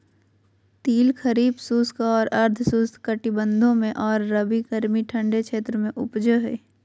तिल खरीफ शुष्क और अर्ध शुष्क कटिबंधों में और रबी गर्मी ठंडे क्षेत्रों में उपजै हइ